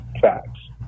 facts